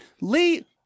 Lee